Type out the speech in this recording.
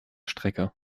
strecke